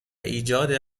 ایجاد